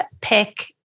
pick